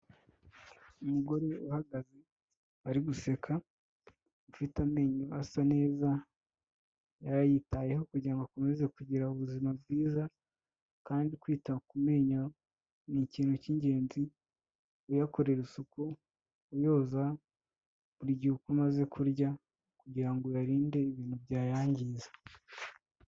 Umugore uhagaze, ari guseka afite amenyo asa neza, yarayitayeho kugira ngo akomeze kugira ubuzima bwiza, kandi kwita ku menyo, ni ikintu cy'ingenzi, uyakorera isuku, uyoza burigihe uko umaze kurya, kugira ngo uyarinde ibintu byayangiza.